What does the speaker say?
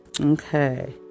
Okay